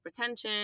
hypertension